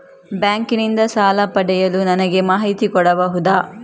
Bank ನಿಂದ ಸಾಲ ಪಡೆಯಲು ನನಗೆ ಮಾಹಿತಿ ಕೊಡಬಹುದ?